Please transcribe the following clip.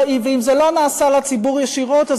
ואם זה לא נעשה לציבור ישירות,